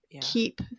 keep